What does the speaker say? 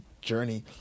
journey